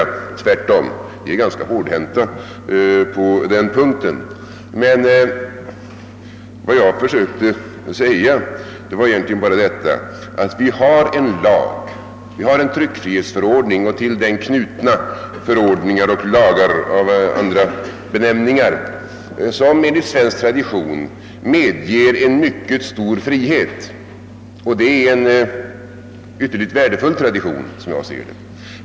Vi är tvärtom ganska hårdhänta på den punkten. Vad jag försökte säga var egentligen bara detta, att vi har en lag, en tryckfrihetsförordning och till den knutna förordningar och lagar med andra benämningar, som enligt svensk tradition medger en mycket stor frihet. Det är en utomordentligt värdefull tradition, som jag ser det.